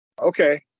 okay